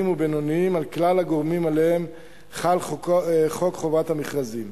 ובינוניים על כלל הגורמים שעליהם חל חוק חובת המכרזים.